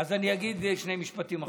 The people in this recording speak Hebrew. אז אני אגיד שני משפטים אחרונים.